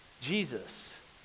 Jesus